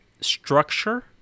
structure